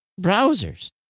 browsers